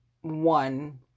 one